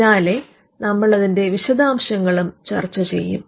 പിന്നാലെ നമ്മൾ അതിന്റെ വിശദാംശങ്ങളും ചർച്ച ചെയ്യും